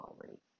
already